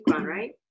right